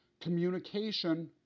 Communication